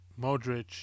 Modric